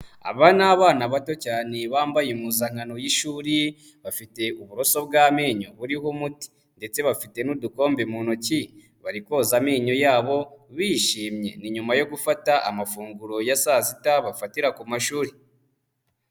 Aba ni abana bato cyane bambaye impuzankano y'ishuri, bafite uburoso bw'amenyo buriho umuti ndetse bafite n'udukombe mu ntoki bari koza amenyo yabo bishimye, ni nyuma yo gufata amafunguro ya saa sita bafatira ku mashuri.